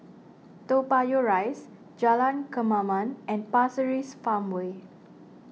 Toa Payoh Rise Jalan Kemaman and Pasir Ris Farmway